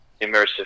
immersive